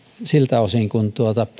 siltä osin kun